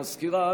המזכירה,